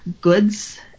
goods